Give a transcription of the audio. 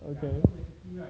okay